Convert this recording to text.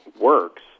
works